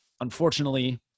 Unfortunately